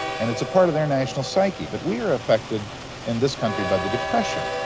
and it's a part of their national psyche. but we are affected in this country by the depression.